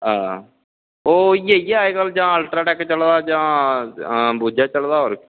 ओह् इयै अज्जकल जां अल्ट्राटेक चला दा जां अंबुजा चला दा